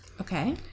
Okay